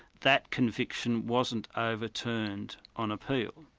that conviction wasn't overturned on appeal.